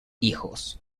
hijos